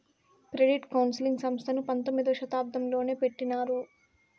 credit counselling సంస్థను పంతొమ్మిదవ శతాబ్దంలోనే పెట్టినారు